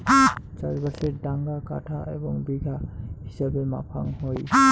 চাষবাসের ডাঙা কাঠা এবং বিঘা হিছাবে মাপাং হই